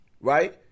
right